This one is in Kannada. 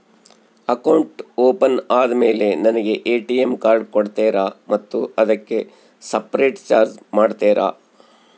ಅಕೌಂಟ್ ಓಪನ್ ಆದಮೇಲೆ ನನಗೆ ಎ.ಟಿ.ಎಂ ಕಾರ್ಡ್ ಕೊಡ್ತೇರಾ ಮತ್ತು ಅದಕ್ಕೆ ಸಪರೇಟ್ ಚಾರ್ಜ್ ಮಾಡ್ತೇರಾ?